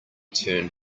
turned